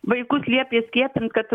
vaikus liepė skiepint kad